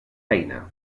feina